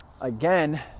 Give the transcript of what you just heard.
again